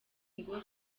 ngo